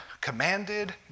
commanded